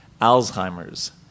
Alzheimer's